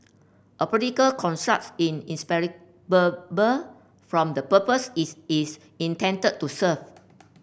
a political constructs in from the purpose its is intended to serve